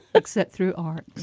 except through art.